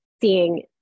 seeing